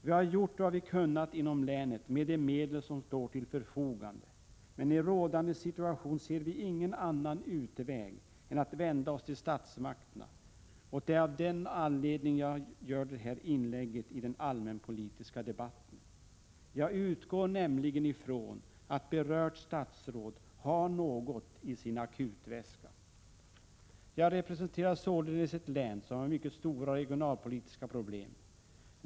Vi har gjort vad vi kunnat inom länet med de medel som står till förfogande, men i rådande situation ser vi ingen annan utväg än att vända oss till statsmakterna. Det är av den anledningen som jag gör detta inlägg i den allmänpolitiska debatten. Jag utgår nämligen från att berört statsråd har något i sin akutväska. Jag representerar således ett län som har mycket stora regionalpolitiska problem.